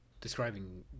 describing